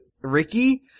Ricky